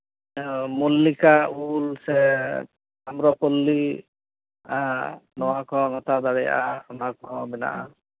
ᱢᱚᱞᱞᱤᱠᱟ ᱩᱞ ᱥᱮ ᱟᱢᱨᱚᱯᱟᱞᱤ ᱮᱸᱜ ᱱᱚᱣᱟ ᱠᱚᱦᱚᱸᱢ ᱦᱟᱛᱟᱣ ᱫᱟᱲᱮᱭᱟᱜᱼᱟ ᱚᱱᱟ ᱠᱚᱦᱚᱸ ᱢᱮᱱᱟᱜᱼᱟ